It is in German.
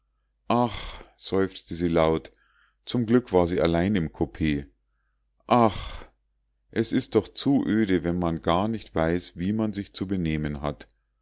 ach seufzte sie laut zum glück war sie allein im koupee ach es ist doch zu öde wenn man gar nicht weiß wie man sich zu benehmen hat